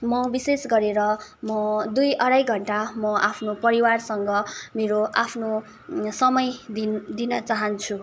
म विशेष गरेर म दुई अढाई घन्टा म आफ्नो परिवारसँग मेरो आफ्नो समय दिनु दिन चाहन्छु